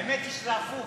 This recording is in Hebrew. האמת היא שזה הפוך,